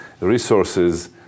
resources